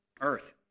earth